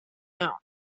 out